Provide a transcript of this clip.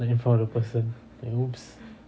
like in front of the person like !oops!